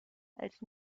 als